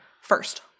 first